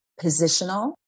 positional